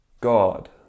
God